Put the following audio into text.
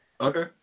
Okay